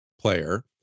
player